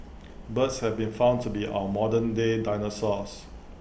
birds have been found to be our modern day dinosaurs